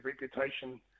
reputation